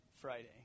Friday